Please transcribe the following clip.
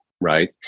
right